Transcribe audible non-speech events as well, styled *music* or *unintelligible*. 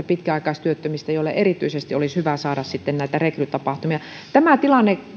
*unintelligible* pitkäaikaistyöttömistä joille erityisesti olisi hyvä saada näitä rekrytapahtumia tämä tilanne